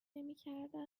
نمیکردم